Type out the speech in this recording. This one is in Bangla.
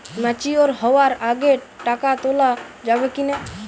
ম্যাচিওর হওয়ার আগে টাকা তোলা যাবে কিনা?